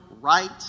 right